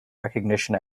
recognition